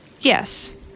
Yes